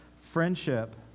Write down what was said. friendship